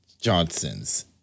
Johnson's